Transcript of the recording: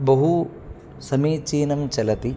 बहु समीचीनं चलति